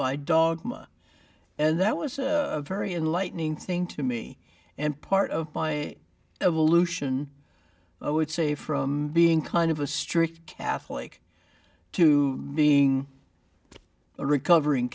by dog and that was a very enlightening thing to me and part of by evolution oh it's a from being kind of a strict catholic to being a recovering